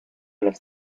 las